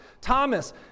Thomas